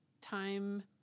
Time